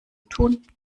tun